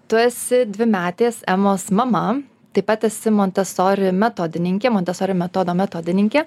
tu esi dvimetės emos mama taip pat esi montesori metodininkė montesori metodo metodininkė